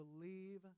believe